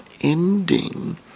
ending